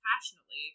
passionately